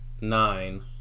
nine